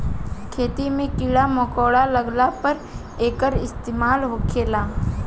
खेती मे कीड़ा मकौड़ा लगला पर एकर इस्तेमाल होखेला